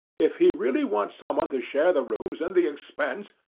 if he really wants someone to share the rooms and the expense,